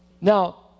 Now